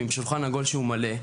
עם שולחן עגול מלא,